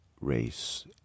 race